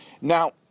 Now